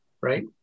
right